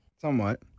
Somewhat